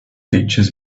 teaches